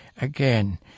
again